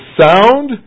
sound